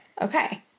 Okay